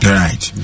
right